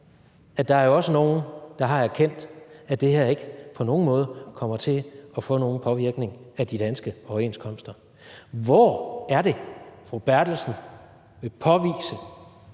at der jo også er nogle, der har erkendt, at det her ikke på nogen måde kommer til at få nogen påvirkning af de danske overenskomster. Hvor vil fru Anne Valentina